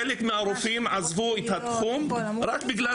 חלק מהרופאים עזבו את התחום רק בגלל